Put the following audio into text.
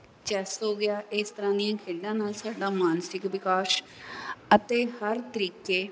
chess ਹੋ ਗਿਆ ਇਸ ਤਰ੍ਹਾਂ ਦੀਆਂ ਖੇਡਾਂ ਨਾਲ ਸਾਡਾ ਮਾਨਸਿਕ ਵਿਕਾਸ ਅਤੇ ਹਰ ਤਰੀਕੇ